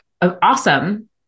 awesome